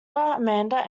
amanda